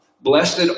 Blessed